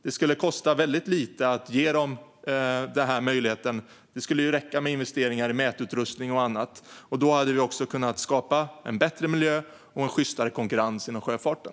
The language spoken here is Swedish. Det skulle kosta väldigt lite att ge Kustbevakningen den möjligheten - det skulle räcka med investeringar i mätutrustning och annat. Då skulle vi också kunna skapa en bättre miljö och en sjystare konkurrens inom sjöfarten.